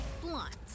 Blunt